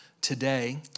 today